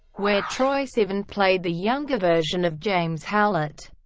where troye sivan played the younger version of james howlett.